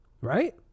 right